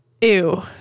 ew